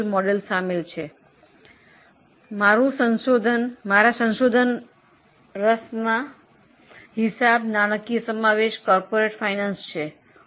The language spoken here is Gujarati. મને એકાઉન્ટિંગ નાણાંકીય સમાવેશ અને કોર્પોરેટ ફાઇનાન્સના સંશોધનમાં રસ છે